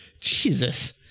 Jesus